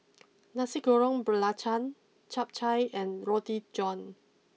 Nasi Goreng Belacan Chap Chai and Roti John